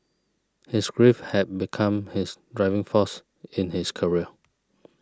his grief had become his driving force in his career